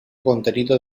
contenido